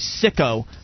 sicko